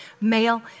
Male